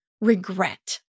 regret